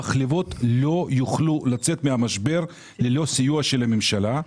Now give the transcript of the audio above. המחלבות לא יוכלו לצאת מהמשבר ללא סיוע של הממשלה.